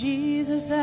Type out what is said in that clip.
Jesus